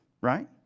right